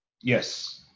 Yes